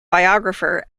biographer